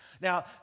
Now